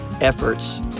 efforts